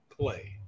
play